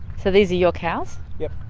so these are your cows? yep.